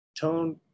tone